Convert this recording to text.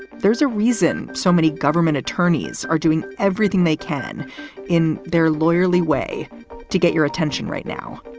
there's a reason so many government attorneys are doing everything they can in their lawyerly way to get your attention right now.